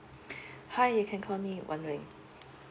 hi you can call me wan leng